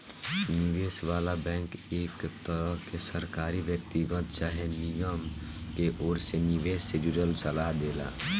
निवेश वाला बैंक एक तरह के सरकारी, व्यक्तिगत चाहे निगम के ओर से निवेश से जुड़ल सलाह देला